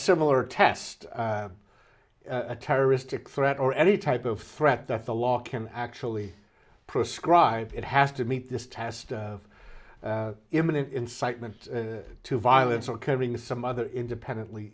similar test a terroristic threat or any type of threat that the law can actually prescribe it has to meet this test of imminent incitement to violence or covering some other independently